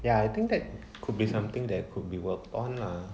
ya I think that could be something that could be worked on lah